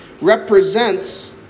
represents